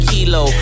Kilo